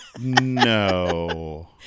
No